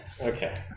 Okay